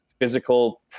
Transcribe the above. physical